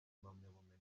impamyabumenyi